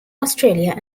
australia